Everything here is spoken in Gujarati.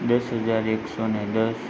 દસ હજાર એકસો ને દસ